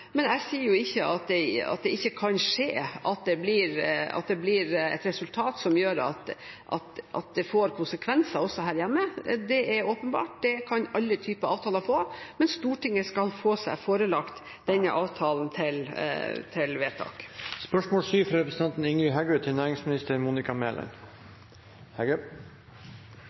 men jeg sier ikke at det ikke kan skje at det blir et resultat som gjør at det får konsekvenser også her hjemme. Det er åpenbart – det kan alle typer avtaler få. Men Stortinget skal få seg forelagt denne avtalen til vedtak.